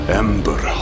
ember